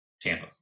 tampa